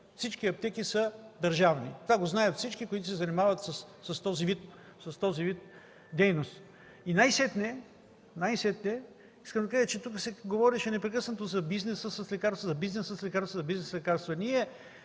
всички аптеки са държавни. Това го знаят всички, които се занимават с този вид дейност. И най-сетне искам да кажа, че тук се говореше непрекъснато за бизнеса с лекарства, за бизнеса с лекарства, за бизнеса с лекарства.